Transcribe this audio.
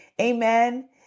Amen